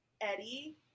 Eddie